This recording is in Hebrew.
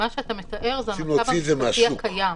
מה שאתה מתאר עכשיו זה המצב המשפטי הקיים.